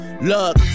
Look